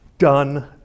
done